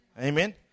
Amen